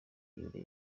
urebe